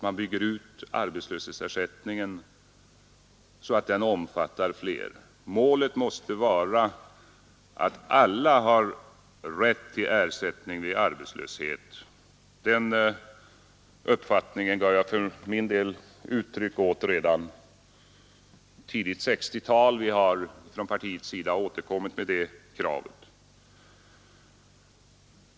Man bygger ut arbetslöshetsersättningen så att denna omfattar flera. Målet måste vara att alla har rätt till ersättning vid arbetslöshet. Den uppfattningen gav jag för min del uttryck åt redan i tidigt 1960-tal. Vi har från partiets sida återkommit med detta krav.